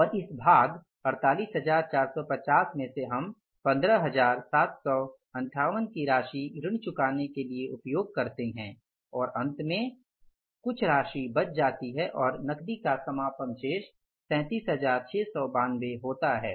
और इस भाग 48450 में से हम 15758 की राशि ऋण चुकाने के लिए उपयोग करते हैं और अंत में कुछ राशि बच जाती हैं और नकदी का समापन शेष 37692 होता हैं